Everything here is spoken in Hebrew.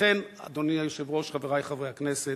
לכן, אדוני היושב ראש, חברי חברי הכנסת.